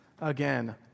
Again